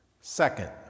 Second